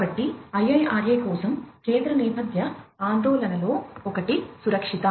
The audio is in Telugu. కాబట్టి IIRA కోసం కేంద్ర నేపథ్య ఆందోళనలలో ఒకటి సురక్షిత